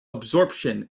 absorption